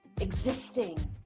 existing